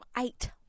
eight